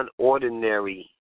unordinary